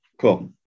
Cool